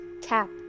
tap